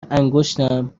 انگشتم